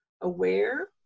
aware